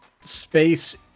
space